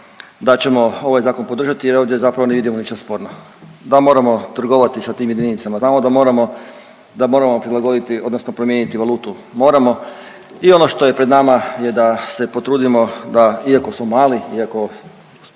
da ćemo ovaj zakon podržati jer ovdje zapravo ne vidimo ništa sporno. Da moramo trgovati sa tim jedinicama, znamo da moramo, da moramo prilagoditi odnosno promijeniti valutu, moramo i ono što je pred nama je da se potrudimo da iako smo mali, iako